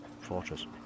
fortress